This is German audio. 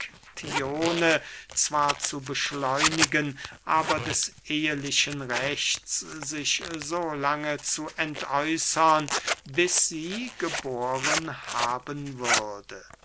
zwar zu beschleunigen aber des ehlichen rechts sich so lange zu entäußern bis sie geboren haben würde